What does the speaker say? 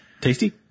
tasty